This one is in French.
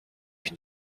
une